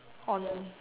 on